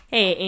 Hey